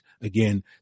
again